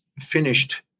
finished